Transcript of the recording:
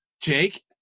Jake